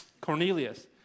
Cornelius